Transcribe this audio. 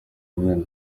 mumena